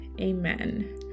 amen